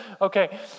Okay